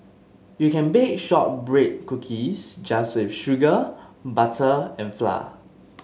you can bake shortbread cookies just with sugar butter and flour